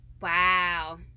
Wow